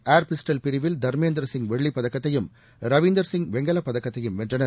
ஏர் pistol பிரிவில் தர்மேந்திர சிங் வெள்ளிப் பதக்கத்தையும் ரவீந்தர் சிங் வெண்கலப் பதக்கத்தையும் வென்றனர்